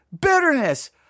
bitterness